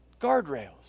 guardrails